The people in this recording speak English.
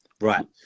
right